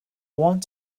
want